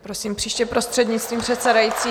Prosím, příště prostřednictvím předsedající.